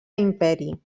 imperi